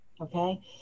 Okay